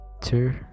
Two